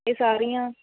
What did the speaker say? ਇਹ ਸਾਰੀਆਂ